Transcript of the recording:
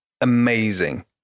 amazing